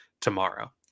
tomorrow